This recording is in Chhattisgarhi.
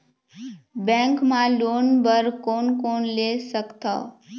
बैंक मा लोन बर कोन कोन ले सकथों?